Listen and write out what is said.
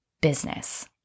business